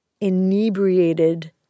inebriated